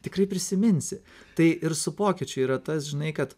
tikrai prisiminsi tai ir su pokyčiu yra tas žinai kad